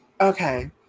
Okay